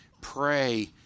pray